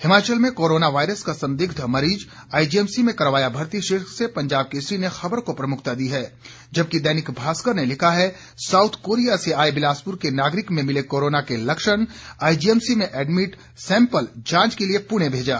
हिमाचल में corona virus का संदिग्ध मरीज आईजीएमसी में करवाया भर्ती शीर्षक से पंजाब केसरी ने खबर को प्रमुखता दी है जबकि दैनिक भास्कर ने लिखा है साउथ कोरिया से आए बिलासपुर के नागरिक में मिले कोरोना के लक्षण आईजीएमसी में एडमिट सैंपल जांच के लिए पुणे भेजा